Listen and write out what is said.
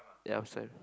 ya upstairs